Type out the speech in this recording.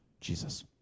Jesus